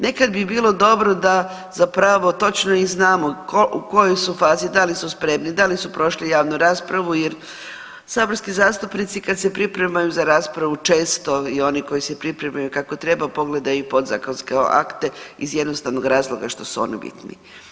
Nekad bi bilo dobro da zapravo točno i znamo u kojoj su fazi, da li su spremni, da li su prošli javnu raspravu jer saborski zastupnici kad se pripremaju za raspravu često i oni koji se pripremaju kako treba pogleda i podzakonske akte iz jednostavnog razloga što su oni bitni.